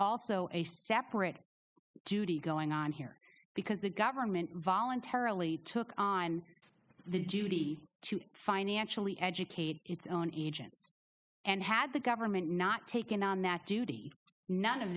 also a separate duty going on here because the government voluntarily took on the duty to financially educate its own agents and had the government not taken on nat duty none of